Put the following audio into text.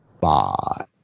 Bye